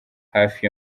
hafi